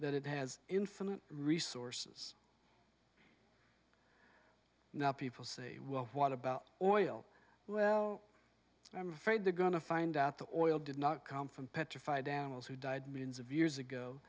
that it has infinite resources now people say well what about oil well i'm afraid they're going to find out the oil did not come from petrified animals who died millions of years ago